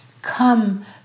Come